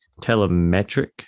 telemetric